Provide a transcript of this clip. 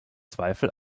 zweifel